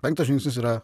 penktas žingsnis yra